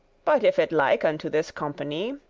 but if it like unto this company,